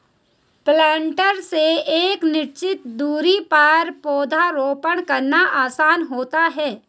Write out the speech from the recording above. planter से एक निश्चित दुरी पर पौधरोपण करना आसान होता है